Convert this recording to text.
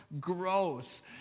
gross